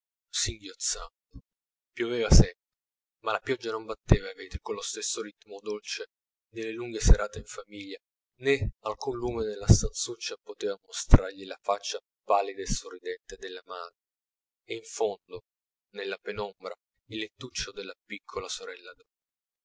pioveva sempre ma la pioggia non batteva ai vetri con lo stesso ritmo dolce delle lunghe serate in famiglia nè alcun lume nella stanzuccia poteva mostrargli la faccia pallida e sorridente della madre e in fondo nella penombra il lettuccio della piccola sorella